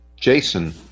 Jason